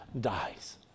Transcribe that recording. dies